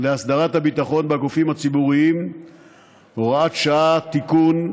להסדרת הביטחון בגופים ציבוריים (הוראת שעה) (תיקון),